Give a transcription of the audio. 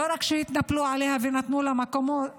לא רק שהתנפלו עליה ונתנו לה מכות,